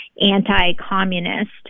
anti-communist